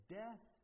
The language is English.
death